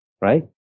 right